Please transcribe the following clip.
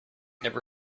never